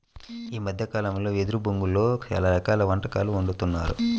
ఈ మద్దె కాలంలో వెదురు బొంగులో చాలా రకాల వంటకాలు వండుతున్నారు